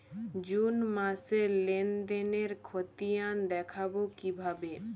June মাসের লেনদেনের খতিয়ান দেখবো কিভাবে?